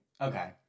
Okay